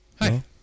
Hi